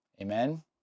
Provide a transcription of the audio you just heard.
Amen